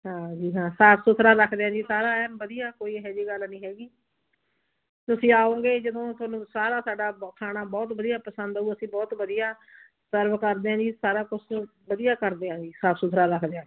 ਹਾਂ ਜੀ ਹਾਂ ਸਾਫ਼ ਸੁਥਰਾ ਰੱਖਦੇ ਹਾਂ ਸਾਰਾ ਐਨ ਵਧੀਆ ਕੋਈ ਇਹ ਜਿਹੀ ਗੱਲ ਨਹੀ ਹੈਗੀ ਤੁਸੀਂ ਆਉਗੇ ਜਦੋਂ ਤੁਹਾਨੂੰ ਸਾਰਾ ਸਾਡਾ ਖਾਣਾ ਬਹੁਤ ਵਧੀਆ ਪਸੰਦ ਆਊ ਅਸੀਂ ਬਹੁਤ ਵਧੀਆ ਸਰਵ ਕਰਦੇ ਹਾਂ ਜੀ ਸਾਰਾ ਕੁਛ ਵਧੀਆ ਕਰਦੇ ਹਾਂ ਜੀ ਸਾਫ਼ ਸੁਥਰਾ ਰੱਖਦੇ ਹਾਂ